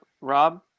Rob